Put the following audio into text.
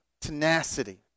tenacity